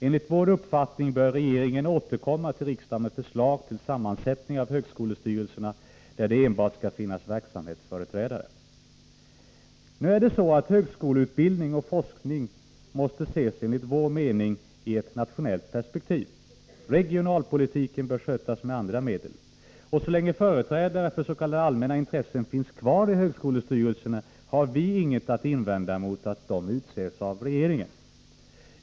Enligt vår uppfattning bör regeringen återkomma till riksdagen med förslag till sammansättning av högskolestyrelserna, där det enbart skall finnas verksamhetsföreträdare. Högskoleutbildning och forskning måste enligt vår mening ses i ett nationellt perspektiv. Regionalpolitiken bör skötas med andra medel. Och så länge företrädare för s.k. allmänna intressen finns kvar i högskolestyrelserna har vi inget att invända mot att de utses av regeringen.